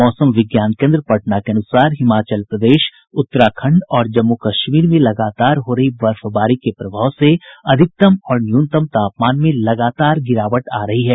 मौसम विज्ञान केंद्र पटना के अनुसार हिमाचल प्रदेश उत्तराखण्ड और जम्मू कश्मीर में लगातार हो रही बर्फबारी के प्रभाव से अधिकतम और न्यूनतम तापमान में लगातार गिरावट आ रही है